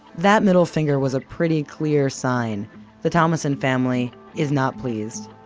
that middle finger was a pretty clear sign the thomasson family is not pleased.